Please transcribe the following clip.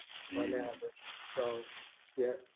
on average. so yeah,